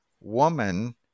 woman